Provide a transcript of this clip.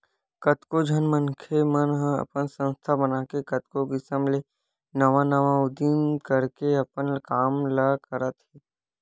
कतको झन मनखे मन ह अपन संस्था बनाके कतको किसम ले नवा नवा उदीम करके अपन काम ल करत हे